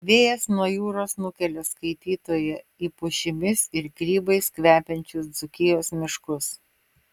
vėjas nuo jūros nukelia skaitytoją į pušimis ir grybais kvepiančius dzūkijos miškus